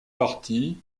parties